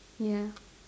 ya